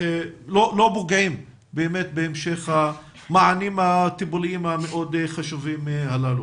לא פוגעים בהמשך המענים הטיפוליים המאוד חשובים הללו.